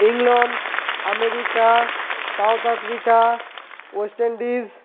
England America South Africa West Indies